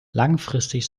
langfristig